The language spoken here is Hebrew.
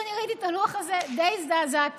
כשאני ראיתי את הלוח הזה די הזדעזעתי